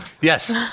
Yes